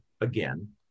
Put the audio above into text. again